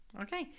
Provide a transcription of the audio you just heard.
okay